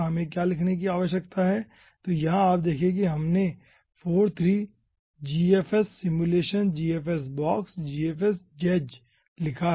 हमें क्या लिखने की आवश्यकता है तो यहां आप देखें कि पहले हमने 4 3 gfssimulation gfsbox gfsgedge लिखा है